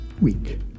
week